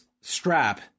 strap